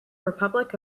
republic